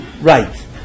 right